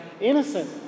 innocent